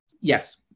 yes